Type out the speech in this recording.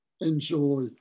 Enjoy